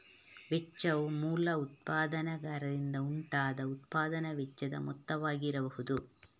ವೆಚ್ಚವು ಮೂಲ ಉತ್ಪಾದಕರಿಂದ ಉಂಟಾದ ಉತ್ಪಾದನಾ ವೆಚ್ಚದ ಮೊತ್ತವಾಗಿರಬಹುದು